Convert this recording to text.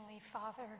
Father